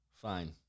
Fine